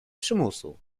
przymusu